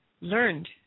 learned